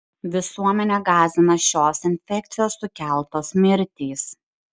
visuomenę gąsdina šios infekcijos sukeltos mirtys